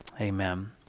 amen